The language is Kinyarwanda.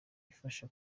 ifasha